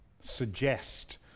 suggest